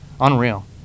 Unreal